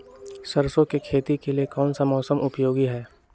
सरसो की खेती के लिए कौन सा मौसम उपयोगी है?